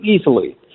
easily